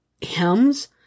hymns